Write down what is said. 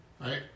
Right